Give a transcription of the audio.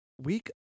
week